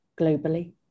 globally